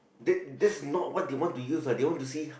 that that's not what they want to use lah they want to see